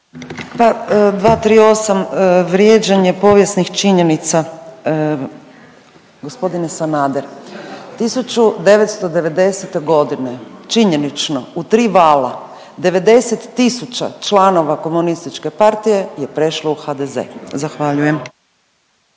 238., vrijeđanje povijesnih činjenica. Gospodine Sanader, 1990.g. činjenično u tri vala, 90 tisuća članova komunističke partije je prešlo u HDZ, zahvaljujem.